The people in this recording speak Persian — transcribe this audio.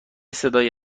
صدایی